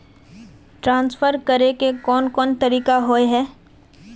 Transfer करे के कोन कोन तरीका होय है?